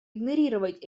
игнорировать